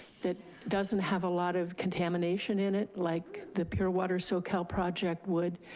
that doesn't have a lot of contamination in it, like the pure water soquel project would.